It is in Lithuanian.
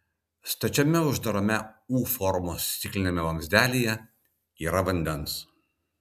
stačiame uždarame u formos stikliniame vamzdelyje yra vandens